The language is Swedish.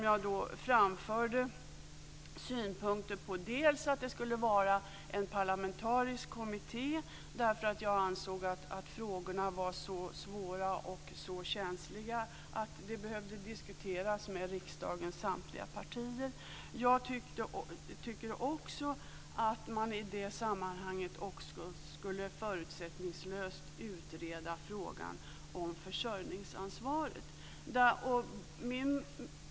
Jag framförde då synpunkter på att det skulle vara en parlamentarisk kommitté, därför att jag ansåg att frågorna var så svåra och så känsliga att de behövdes diskuteras med riksdagens samtliga partier. Jag tycker också att man i det sammanhanget förutsättningslöst skulle utreda frågan om försörjningsansvaret.